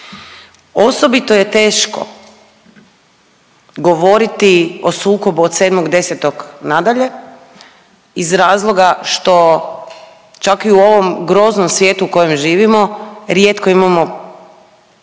Osobito je teško govoriti o sukobu od 7.10. na dalje iz razloga što čak i u ovom groznom svijetu u kojem živimo rijetko imamo